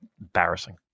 Embarrassing